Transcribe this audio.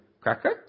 Cracker